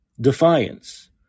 defiance